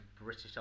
british